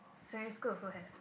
secondary school also have